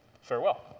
Farewell